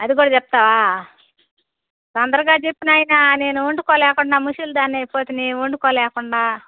అది కూడా చెప్తావా తొందరగా చెప్పు నాయినా నేను వండుకోలేకున్నా ముసల్దానైపోతినీ వండుకోలేకుండా